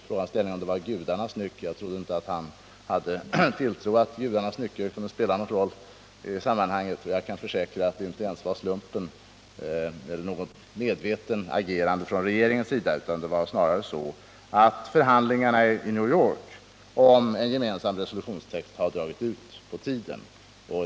Jag blev litet förvånad över frågans formulering — jag trodde inte att han hade någon tilltro till gudarnas nycker eller kunde föreställa sig att de kunde spela någon roll i sammanhanget — men jag kan försäkra att det inte ens var på grund av slumpens spel eller något medvetet agerande från regeringens sida, utan att det snarare berodde på att förhandlingarna i New York om en gemensam resolutionstext hade dragit ut på tiden.